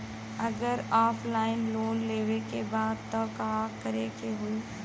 अगर offline loan लेवे के बा त का करे के होयी?